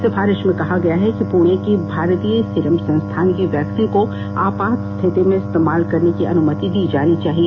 सिफारिश में कहा गया है किपुणे की भारतीय सीरम संस्थान की वैक्सीन को आपात स्थिति में इस्तेमाल करने की अनुमति दी जानी चाहिए